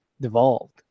devolved